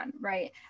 right